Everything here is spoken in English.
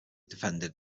defended